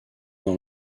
dans